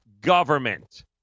government